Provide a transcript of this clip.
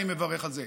אני מברך על זה,